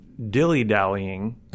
dilly-dallying